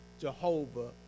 Jehovah